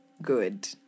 good